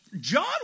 John